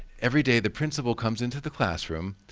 every day the principle comes into the classroom,